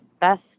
best